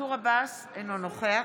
אינו נוכח